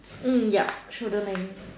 um yup shoulder length